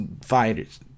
fighters